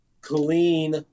clean